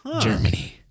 Germany